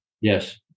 Yes